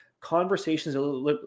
conversations